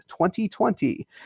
2020